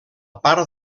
part